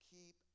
Keep